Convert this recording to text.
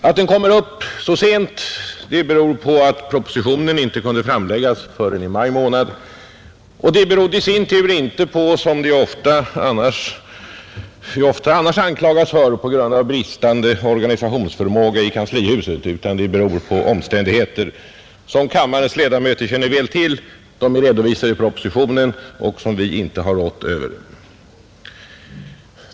Att den kommer upp så sent beror på att propositionen inte kunnat framläggas förrän i maj månad, och det berodde i sin tur inte på, som vi ofta annars anklagas för, bristande organisationsförmåga i kanslihuset, utan det berodde på omständigheter som kammarens ledamöter känner väl till — de är redovisade i propositionen — och som vi inte har rått över.